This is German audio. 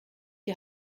die